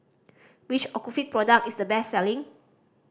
which Ocuvite product is the best selling